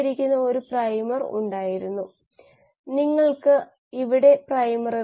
ആവശ്യമുള്ള ഒരു ശാഖയിലൂടെ ഫ്ലക്സ് മുൻഗണന വർദ്ധിപ്പിക്കുന്നതിന് കൃത്രിമത്വത്തിനുള്ള സാധ്യത നോഡുകൾ നമ്മൾക്ക് നൽകുന്നു